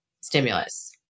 stimulus